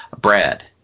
Brad